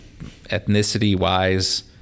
ethnicity-wise